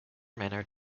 manner